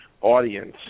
audience